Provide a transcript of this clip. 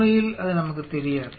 உண்மையில் அது நமக்குத் தெரியாது